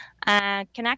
connect